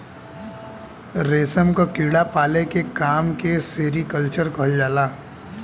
रेशम क कीड़ा पाले के काम के सेरीकल्चर कहल जाला